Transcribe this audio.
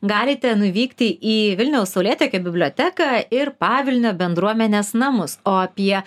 galite nuvykti į vilniaus saulėtekio biblioteką ir pavilnio bendruomenės namus o apie